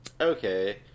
Okay